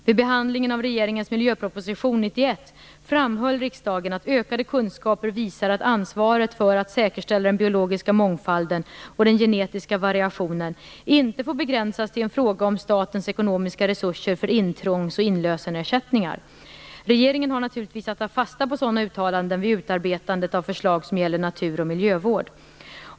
Vid behandlingen av regeringens miljöproposition år 1991 framhöll riksdagen att ökade kunskaper visar att ansvaret för att säkerställa den biologiska mångfalden och den genetiska variationen inte får begränsas till en fråga om statens ekonomiska resurser för intrångs och inlösenersättningar. Regeringen har naturligtvis att ta fasta på sådana uttalanden vid utarbetande av förslag som gäller natur och miljövård.